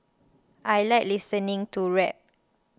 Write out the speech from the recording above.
I like listening to rap